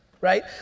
right